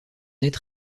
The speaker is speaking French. net